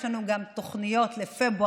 יש לנו גם תוכניות לפברואר,